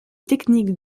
techniques